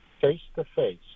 face-to-face